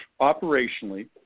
Operationally